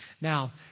Now